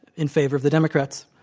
in favor of the democrats.